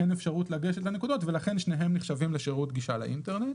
אין אפשרות לגשת לנקודות ולכן שניהם נחשבים לשירות גישה לאינטרנט